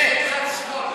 קצת שמאל,